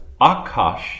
Akash